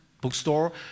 bookstore